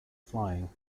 flying